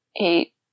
eight